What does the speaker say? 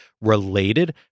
related